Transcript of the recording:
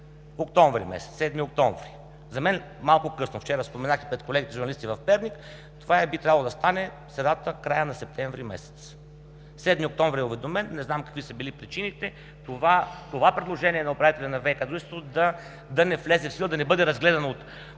октомври месец, 7 октомври. За мен, малко късно. Вчера споменах и пред журналистите в Перник, че това би трябвало да стане в средата или в края на месец септември. Седми октомври е уведомен. Не знам какви са били причините това предложение на управителя на ВиК дружеството да не влезе в сила, да не бъде разгледано от